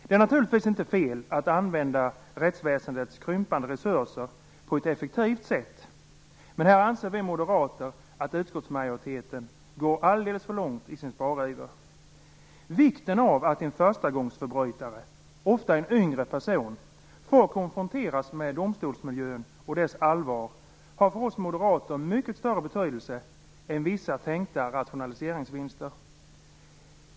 Det är naturligtvis inte fel att använda rättsväsendets krympande resurser på ett effektivt sätt, men här anser vi moderater att utskottsmajoriteten går alldeles för långt i sin spariver. Vikten av att en förstagångsförbrytare, ofta en yngre person, får konfronteras med domstolsmiljön och dess allvar har för oss moderater en mycket större betydelse än vissa tänkta rationaliseringsvinster.